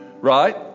Right